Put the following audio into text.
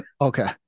okay